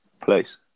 place